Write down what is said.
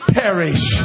perish